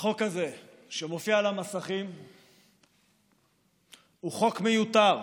החוק הזה שמופיע על המסכים הוא חוק מיותר,